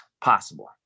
possible